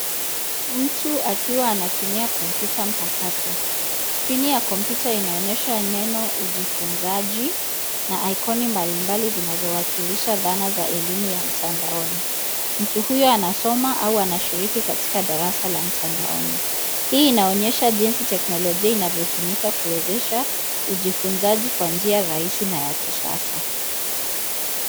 Mtu akiwa anatumia kompyuta mpakato, skrini ya kompyuta inaonyesha neno ujifunzaji, na ikoni mbali mbali zinazowakilisha dhana za elimu ya mtandaoni, mtu huyo anasoma au anashiriki katika darasa la mtandaoni, hii inaonyesha jinsi teknolojia inavyotumika kuwezesha, ujifunzaji kwa njia rahisi na ya kisasa.